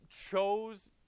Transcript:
chose